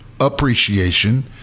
appreciation